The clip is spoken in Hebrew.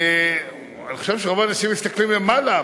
אני חושב שרוב האנשים מסתכלים למעלה,